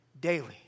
daily